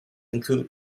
include